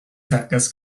circus